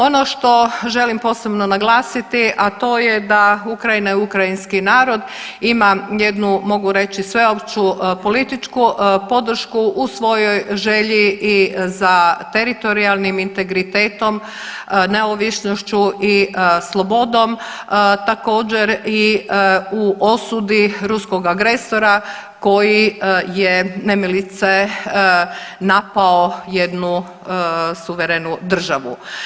Ono što želim posebno naglasiti, a to je da Ukrajina i ukrajinski narod ima jednu mogu reći sveopću političku podršku u svojoj želji i za teritorijalnim integritetom, neovisnošću i slobodom, također i u osudi ruskog agresora koji je nemilice napao jednu suverenu državu.